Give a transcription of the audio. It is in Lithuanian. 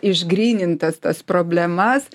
išgrynintas tas problemas